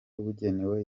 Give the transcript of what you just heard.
bugenewe